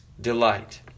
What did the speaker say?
delight